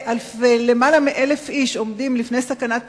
ולמעלה מ-1,000 איש עומדים בפני סכנת פיטורים,